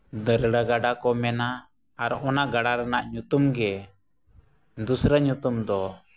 ᱫᱟᱹᱨᱦᱟᱲᱟ ᱜᱟᱰᱟ ᱠᱚ ᱢᱮᱱᱟᱜ ᱟᱨ ᱚᱱᱟ ᱜᱟᱰᱟ ᱨᱮᱱᱟᱜ ᱧᱩᱛᱩᱢ ᱜᱮ ᱫᱚᱥᱨᱟ ᱧᱩᱛᱩᱢ ᱫᱚ